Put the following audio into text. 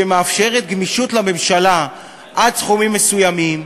שמאפשרת גמישות לממשלה עד סכומים מסוימים,